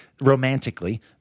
romantically